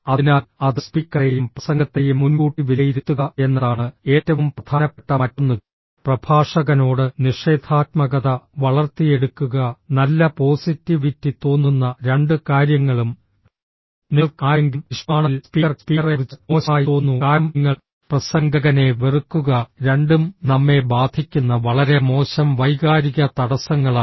അതിനാൽ അത് സ്പീക്കറെയും പ്രസംഗത്തെയും മുൻകൂട്ടി വിലയിരുത്തുക എന്നതാണ് ഏറ്റവും പ്രധാനപ്പെട്ട മറ്റൊന്ന് പ്രഭാഷകനോട് നിഷേധാത്മകത വളർത്തിയെടുക്കുക നല്ല പോസിറ്റിവിറ്റി തോന്നുന്ന രണ്ട് കാര്യങ്ങളും നിങ്ങൾക്ക് ആരെയെങ്കിലും ഇഷ്ടമാണെങ്കിൽ സ്പീക്കർക്ക് സ്പീക്കറെക്കുറിച്ച് മോശമായി തോന്നുന്നു കാരണം നിങ്ങൾ പ്രസംഗകനെ വെറുക്കുക രണ്ടും നമ്മെ ബാധിക്കുന്ന വളരെ മോശം വൈകാരിക തടസ്സങ്ങളാണ്